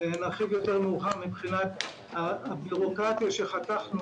נרחיב יותר מאוחר לגבי הביורוקרטיה שחתכנו